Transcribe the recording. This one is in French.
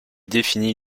définit